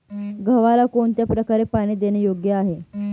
गव्हाला कोणत्या प्रकारे पाणी देणे योग्य आहे?